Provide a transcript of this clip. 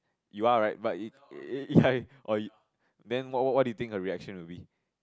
you are right but then what what do you think her reaction will be